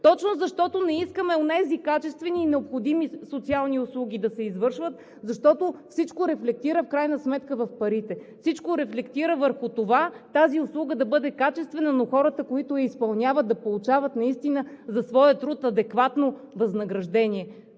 точно защото не искаме онези качествени и необходими социални услуги да се извършват, защото всичко рефлектира в крайна сметка в парите. Всичко рефлектира върху това тази услуга да бъде качествена, но хората, които я изпълняват, да получават наистина адекватно възнаграждение